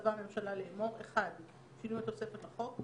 מצווה הממשלה לאמור: בתוספת לחוק,